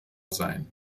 sein